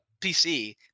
PC